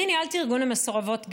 אני ניהלתי ארגון למסורבות גט.